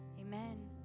Amen